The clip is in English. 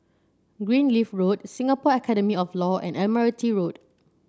Greenleaf Road Singapore Academy of Law and Admiralty Road